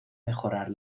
mejorar